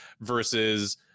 versus